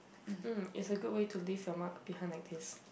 mm is a good way to leave your mark behind like this